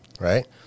Right